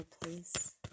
please